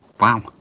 Wow